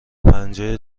پنجه